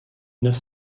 dnes